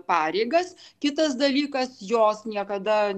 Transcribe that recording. pareigas kitas dalykas jos niekada